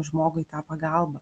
žmogui tą pagalbą